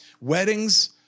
Weddings